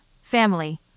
family